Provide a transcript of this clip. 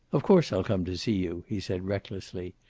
of course i'll come to see you, he said, recklessly.